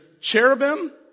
cherubim